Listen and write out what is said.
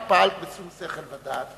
פעלת בשום שכל ודעת,